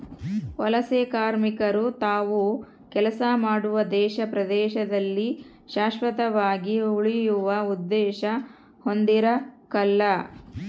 ವಲಸೆಕಾರ್ಮಿಕರು ತಾವು ಕೆಲಸ ಮಾಡುವ ದೇಶ ಪ್ರದೇಶದಲ್ಲಿ ಶಾಶ್ವತವಾಗಿ ಉಳಿಯುವ ಉದ್ದೇಶ ಹೊಂದಿರಕಲ್ಲ